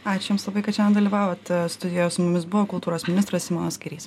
ačiū jums labai kad šiandien dalyvavot studijoje su mumis buvo kultūros ministras simonas kairys